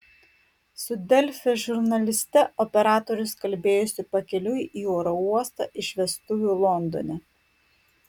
su delfi žurnaliste operatorius kalbėjosi pakeliui į oro uostą iš vestuvių londone